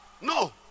no